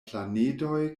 planedoj